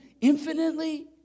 Infinitely